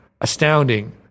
astounding